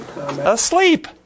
Asleep